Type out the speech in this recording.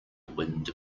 wind